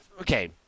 Okay